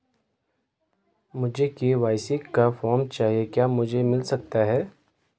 मुझे के.वाई.सी का फॉर्म चाहिए क्या मुझे मिल सकता है?